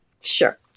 Sure